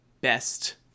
best